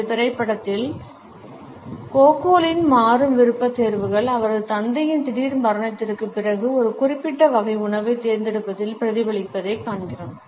இந்த திரைப்படத்தில் கோகோலின் மாறும் விருப்பத்தேர்வுகள் அவரது தந்தையின் திடீர் மரணத்திற்குப் பிறகு ஒரு குறிப்பிட்ட வகை உணவைத் தேர்ந்தெடுப்பதில் பிரதிபலிப்பதைக் காண்கிறோம்